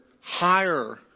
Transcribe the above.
higher